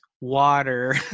water